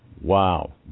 wow